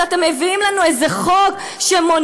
אז אתם מביאים לנו איזה חוק שמונעים